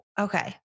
okay